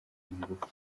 ingufu